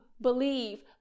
believe